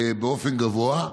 באופן גבוה,